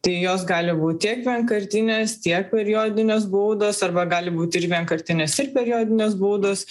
tai jos gali būt tiek vienkartinės tiek periodinės baudos arba gali būti ir vienkartinės ir periodinės baudos